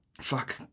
Fuck